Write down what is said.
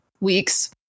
weeks